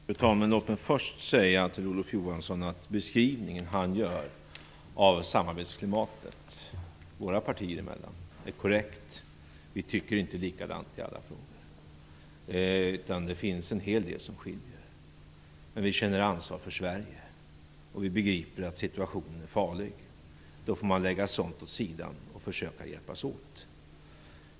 Fru talman! Låt mig först säga till Olof Johansson att hans beskrivning av samarbetsklimatet våra partier emellan är korrekt. Vi tycker inte likadant i alla frågor. Det finns en hel del som skiljer. Men vi känner ansvar för Sverige, och vi begriper att situationen är farlig. Då får man lägga meningsskiljaktigheter åt sidan och försöka att hjälpas åt.